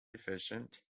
efficient